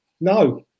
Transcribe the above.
no